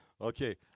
Okay